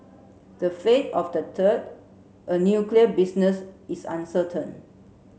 the fate of the third a nuclear business is uncertain